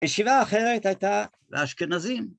ישיבה אחרת הייתה, האשכנזים.